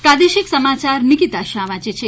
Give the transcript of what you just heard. પ્રાદેશિક સમાયાર નિકીતા શાહ વાંચે છે